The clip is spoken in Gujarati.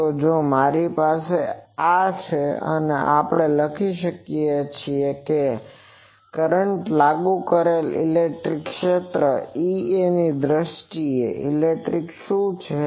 તો જો મારી પાસે આ છે તો આપણે લખી શકીએ કે લાગુ કરેલ ઇલેક્ટ્રિક ક્ષેત્ર EA ની દ્રષ્ટિએ ઇલેક્ટ્રિક શું છે